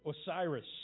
Osiris